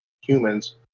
humans